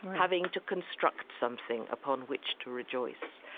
having to construct something upon which to rejoice.